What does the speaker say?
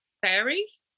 fairies